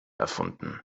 erfunden